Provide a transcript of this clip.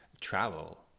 travel